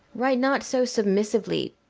write not so submissively,